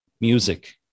music